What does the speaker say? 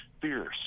fierce